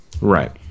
Right